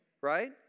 Right